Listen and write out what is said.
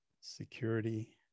security